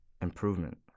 improvement